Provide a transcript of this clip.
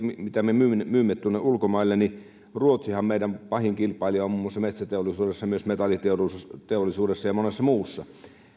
mitä me myymme tuonne ulkomaille niin ruotsihan meidän pahin kilpailijamme on muun muassa metsäteollisuudessa ja myös metalliteollisuudessa ja monessa muussa